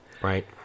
Right